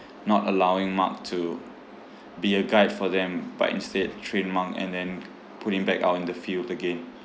not allowing mark to be a guide for them but instead train mark and then put him back out in the field again